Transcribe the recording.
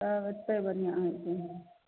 तब एत्तेक बढ़िआँ होयतै